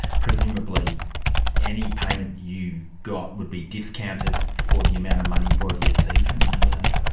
presumably any payment you got would be discounted for the amount of money you've already received from another?